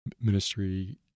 ministry